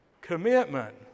commitment